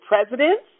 presidents